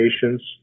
patients